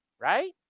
right